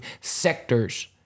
sectors